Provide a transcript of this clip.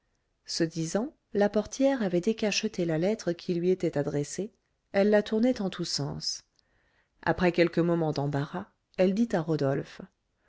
ce disant la portière avait décacheté la lettre qui lui était adressée elle la tournait en tout sens après quelques moments d'embarras elle dit à rodolphe